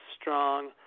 strong